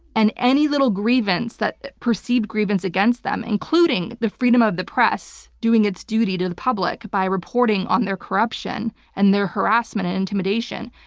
and any little grievance, that perceived grievance against them, including the freedom of the press, doing its duty to the public by reporting on their corruption and their harassment and intimidation,